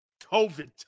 COVID